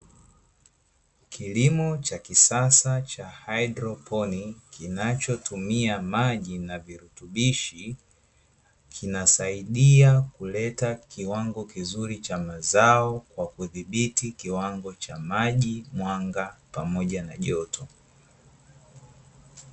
Kilimo cha kisasa cha hydroponi kinachotomia maji na virutubishi, kinasaidia kuleta kiwango kizuri cha mazao kwa kudhibiti kiwango cha maji ,mwanga pamoja na joto.